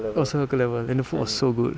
oh so fucker level and the food was so good